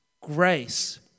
grace